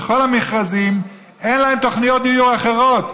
ובכל המכרזים אין תוכניות דיור אחרות.